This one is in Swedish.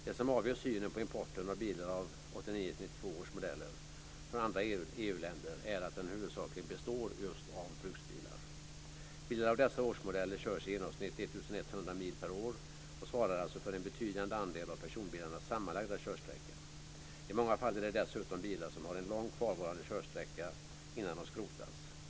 Det som avgör synen på importen av bilar av 1989-1992 års modeller från andra EU länder är att den huvudsakligen består just av bruksbilar. Bilar av dessa årsmodeller körs i genomsnitt 1 100 mil per år och svarar alltså för en betydande andel av personbilarnas sammanlagda körsträcka. I många fall är det dessutom bilar som har en lång kvarvarande körsträcka innan de skrotas.